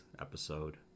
episode